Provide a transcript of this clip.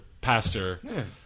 pastor